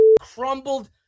crumbled